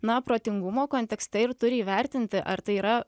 na protingumo kontekste ir turi įvertinti ar tai yra